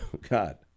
God